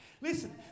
Listen